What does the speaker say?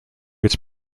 its